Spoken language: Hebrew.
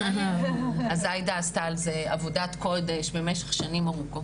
אז עאידה עשתה על עבודת קודש במשך שנים ארוכות.